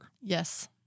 Yes